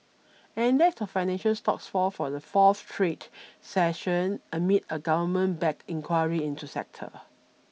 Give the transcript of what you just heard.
an index of financial stocks fall for the fourth straight session amid a government backed inquiry into the sector